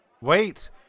Wait